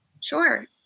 Sure